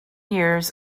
years